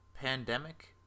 Pandemic